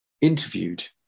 interviewed